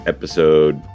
Episode